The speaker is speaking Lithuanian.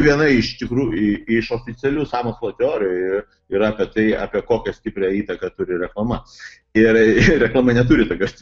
viena iš tikrų iš oficialių sąmokslo teorijų yra apie tai apie kokią stiprią įtaką turi reklama ir ir reklama neturi tokios